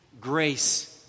grace